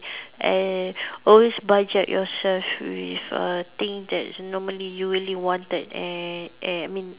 and always budget yourself with a thing that's normally you really wanted and eh I mean